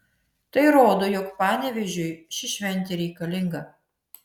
tai rodo jog panevėžiui ši šventė reikalinga